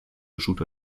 shooter